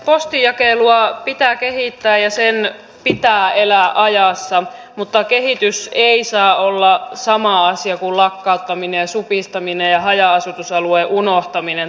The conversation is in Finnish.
postinjakelua pitää kehittää ja sen pitää elää ajassa mutta kehitys ei saa olla sama asia kuin lakkauttaminen supistaminen ja haja asutusalueen unohtaminen